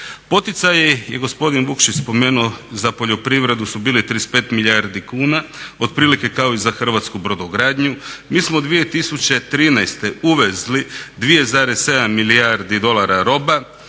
Poticaji i gospodin Vukšić je spomenuo za poljoprivredu su bili 35 milijardi kuna otprilike i kao za hrvatsku brodogradnju. Mi smo 2013. uvezli 2,7 milijardi dolara roba,